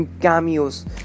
cameos